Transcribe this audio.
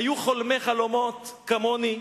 היו חולמי חלומות כמוני,